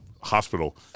Hospital